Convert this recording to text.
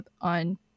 on